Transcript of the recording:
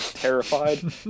terrified